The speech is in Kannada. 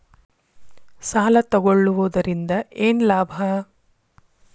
ಸಾಲ ತಗೊಳ್ಳುವುದರಿಂದ ಏನ್ ಲಾಭ?